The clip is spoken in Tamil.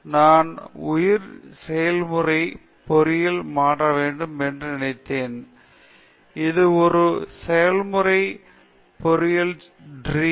நான் உயிர் செயல்முறை பொறியியல் மாற்ற வேண்டும் இது ஒரு செயல்முறை பொறியியல் ஸ்ட்ரீம்